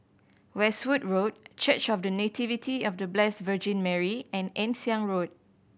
Westwood Road Church of The Nativity of The Blessed Virgin Mary and Ann Siang Road